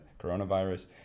coronavirus